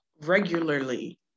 regularly